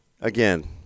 again